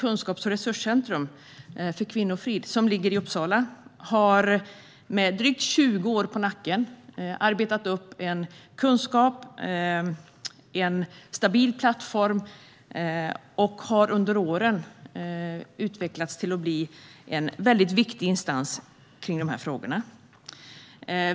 Kunskaps och resurscentrumet NCK i Uppsala, Nationellt centrum för kvinnofrid, har med drygt 20 år på nacken arbetat upp en kunskap och en stabil plattform och har under åren utvecklats till att bli en väldigt viktig instans i de här frågorna.